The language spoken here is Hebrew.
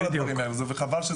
וחבל,